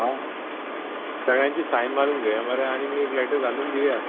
आं सगळ्यांची सायन मारून घेवया मरे आनी आमी एक लॅटर घालून दिवया